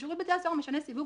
ששירות בתי הסוהר משנה סיווג,